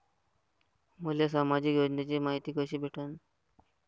मले सामाजिक योजनेची मायती कशी भेटन?